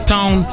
Town